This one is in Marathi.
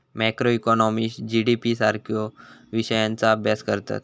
मॅक्रोइकॉनॉमिस्ट जी.डी.पी सारख्यो विषयांचा अभ्यास करतत